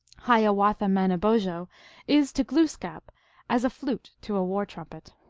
hiawatha-manobozho is to gloos kap as a flute to a war trumpet.